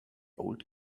old